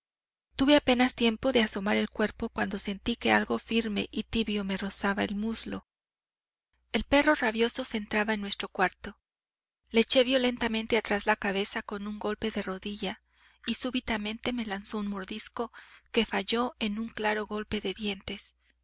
tuve apenas tiempo de asomar el cuerpo cuando sentí que algo firme y tibio me rozaba el muslo el perro rabioso se entraba en nuestro cuarto le eché violentamente atrás la cabeza con un golpe de rodilla y súbitamente me lanzó un mordisco que falló en un claro golpe de dientes